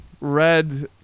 red